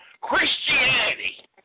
Christianity